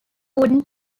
wooden